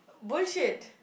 bullshit